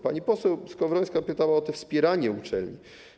Pani poseł Skowrońska pytała o wspieranie uczelni.